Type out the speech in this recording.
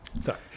Sorry